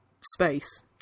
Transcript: space